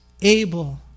able